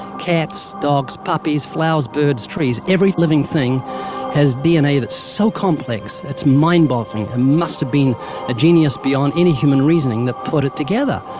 cats, dogs, puppies, flowers, birds, trees. every living thing has dna that's so complex, it's mind-boggling. there must have been a genius beyond any human reasoning that put it together.